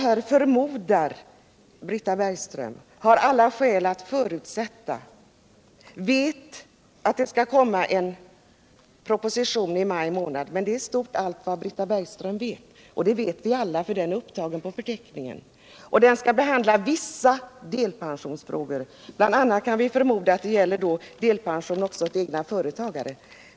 Här ”förmodar” Britta Bergström, ”har alla skäl att förutsätta”, ”vet att det skall komma en proposition i maj månad”. Det är i stort sett allt vad Britta Bergström vet, men det känner vi alla till, eftersom propositionen är upptagen på förteckningen. Där skall det behandlas vissa delpensionsfrågor. Vi kan förmoda att det bl.a. också gäller delpension åt egna företagare.